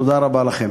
תודה רבה לכם.